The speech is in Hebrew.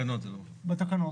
התקנות,